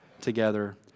together